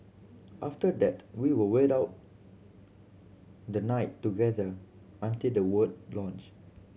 after that we will wait out the night together until the launch